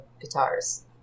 guitars